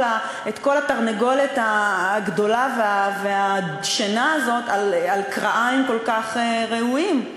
התרנגולת הגדולה והדשנה הזאת על כרעיים כל כך רעועות.